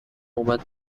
اومد